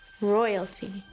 royalty